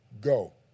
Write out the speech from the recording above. Go